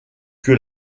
que